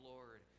Lord